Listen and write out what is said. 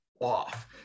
off